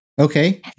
Okay